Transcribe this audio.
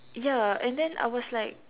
ya and then I was like